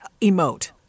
emote